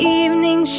evening